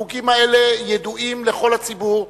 החוקים האלה ידועים לכל הציבור,